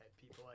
people